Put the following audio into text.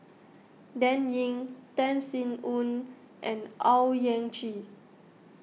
Dan Ying Tan Sin Aun and Owyang Chi